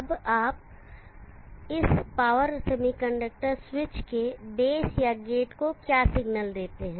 अब आप इस पावर सेमीकंडक्टर स्विच के बेस या गेट को क्या सिग्नल देते हैं